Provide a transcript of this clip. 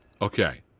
Okay